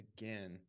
Again